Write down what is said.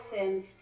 sins